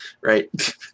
right